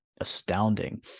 astounding